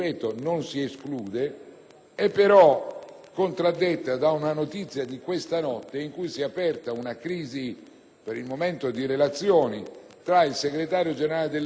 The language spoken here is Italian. è però contraddetta da una notizia di questa notte secondo cui si è aperta una crisi, per il momento di relazioni, tra il Segretario generale dell'ONU e il Governo americano